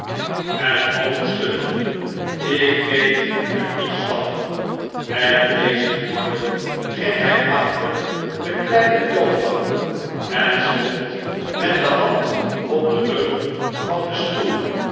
het hoofd schuddende b ik weet er niets van met deze woorden ging hij achter de kleine toonbank en stond met de hand op den rug van den stoel